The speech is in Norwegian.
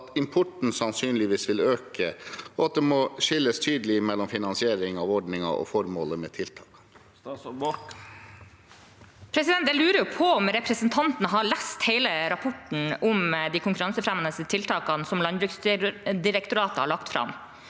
at importen sannsynligvis vil øke, og at det må skilles tydelig mellom finanseringen av ordningen og formålet med tiltakene?» Statsråd Sandra Borch Jeg lurer på om representanten Strifeldt har lest hele rapporten om de konkurransefremmende tiltakene som Landbruksdirektoratet har lagt fram,